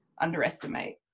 underestimate